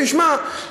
תשמע,